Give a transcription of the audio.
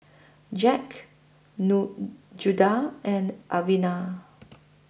Jacques Judah and Alvena